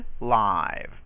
live